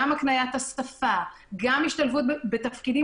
גם הקניית השפה גם השתלבות בתפקידים